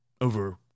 over